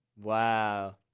Wow